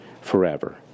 Forever